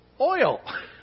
oil